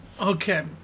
Okay